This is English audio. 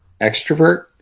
extrovert